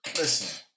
Listen